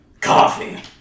coffee